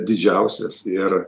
didžiausias ir